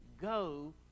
go